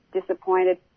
disappointed